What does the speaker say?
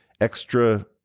extra